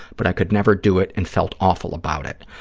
but i could never do it and felt awful about it.